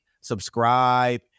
subscribe